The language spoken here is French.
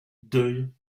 deuil